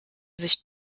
sich